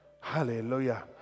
Hallelujah